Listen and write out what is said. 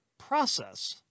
process